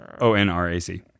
O-N-R-A-C